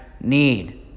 need